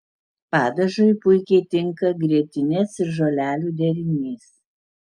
padažui puikiai tinka grietinės ir žolelių derinys